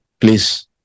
please